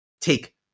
take